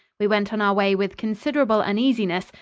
we went on our way with considerable uneasiness,